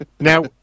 Now